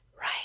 right